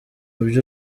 byo